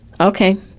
Okay